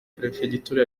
perefegitura